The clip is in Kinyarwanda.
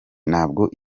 ntabwo